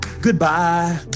goodbye